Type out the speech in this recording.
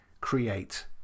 Create